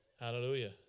Hallelujah